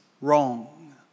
wrong